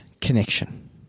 connection